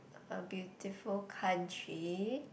a beautiful country